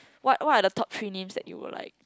what what are the top three names that you will like